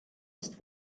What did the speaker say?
ist